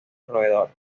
roedor